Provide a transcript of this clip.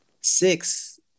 six